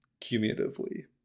cumulatively